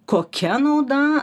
kokia nauda